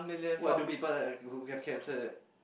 what do people who have cancer